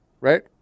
right